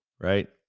Right